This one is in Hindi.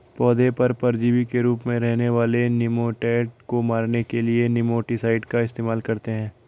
पौधों पर परजीवी के रूप में रहने वाले निमैटोड को मारने के लिए निमैटीसाइड का इस्तेमाल करते हैं